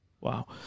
Wow